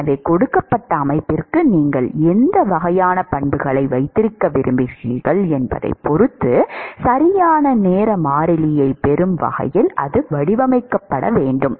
எனவே கொடுக்கப்பட்ட அமைப்பிற்கு நீங்கள் எந்த வகையான பண்புகளை வைத்திருக்க விரும்புகிறீர்கள் என்பதைப் பொறுத்து சரியான நேர மாறிலியைப் பெறும் வகையில் அது வடிவமைக்கப்பட வேண்டும்